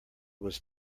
was